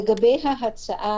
לגבי ההצעה